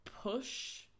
push